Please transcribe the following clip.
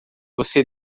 você